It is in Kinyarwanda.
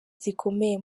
zikomeye